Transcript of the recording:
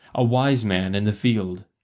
a wise man in the field,